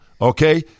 okay